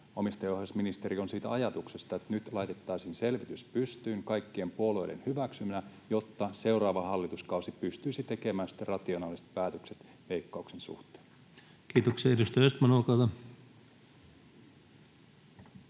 omistajaohjausministeri on siitä ajatuksesta, että nyt laitettaisiin pystyyn selvitys kaikkien puolueiden hyväksymänä, jotta seuraava hallituskausi pystyisi tekemään sitten rationaaliset päätökset Veikkauksen suhteen? Kiitoksia. — Edustaja Östman, olkaa hyvä.